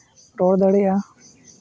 ᱨᱚᱲ ᱫᱟᱲᱮᱭᱟᱜᱼᱟ